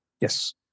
Yes